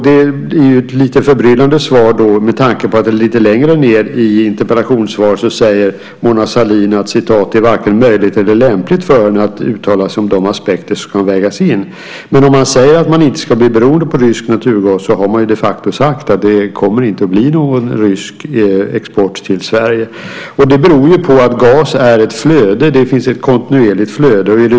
Det är lite förbryllande med tanke på att Mona Sahlin lite längre ned i interpellationssvaret säger att det varken är möjligt eller lämpligt att uttala sig om de aspekter som kommer att vägas in. Om man säger att man inte ska bli beroende av rysk naturgas har man ju sagt att det inte kommer att bli någon rysk export till Sverige. Det beror ju på att gas är ett flöde. Det finns ett kontinuerligt flöde.